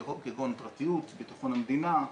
כגון פרטיות, בטחון המדינה,